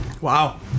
wow